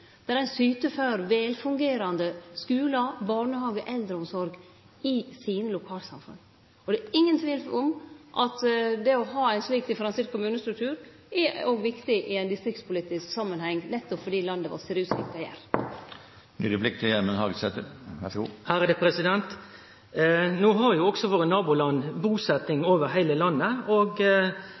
der ein syter for velfungerande skular, barnehagar og eldreomsorg i deira lokalsamfunn. Det er ingen tvil om at det å ha ein slik differensiert kommunestruktur òg er viktig i ein distriktspolitisk samanheng, nettopp fordi landet vårt ser ut slik det gjer. Også våre naboland har busetjing over heile landet. Det skal ein sjølvsagt ha, sjølv om ein har kommunesamanslåing. Senterpartiet og